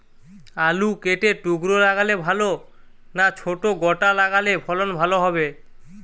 আলু কেটে টুকরো লাগালে ভাল না ছোট গোটা লাগালে ফলন ভালো হবে?